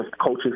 coaches